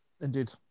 Indeed